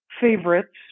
favorites